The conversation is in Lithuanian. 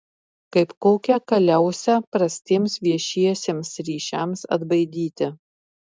kaip kokią kaliausę prastiems viešiesiems ryšiams atbaidyti